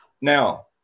now